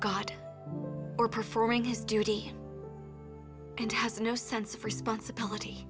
god or performing his duty and has no sense of responsibility